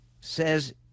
says